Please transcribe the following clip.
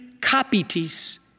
capitis